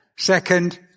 Second